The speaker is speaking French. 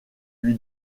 lui